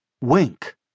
Wink